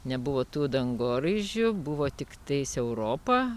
nebuvo tų dangoraižių buvo tiktais europa